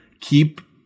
keep –